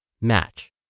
match